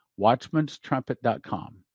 Watchmanstrumpet.com